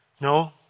no